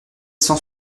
cent